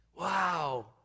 wow